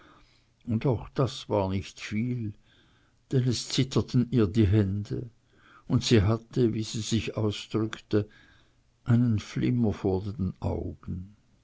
und auch das war nicht viel denn es zitterten ihr die hände und sie hatte wie sie sich ausdrückte einen flimmer vor den augen